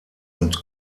und